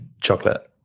chocolate